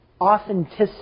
authenticity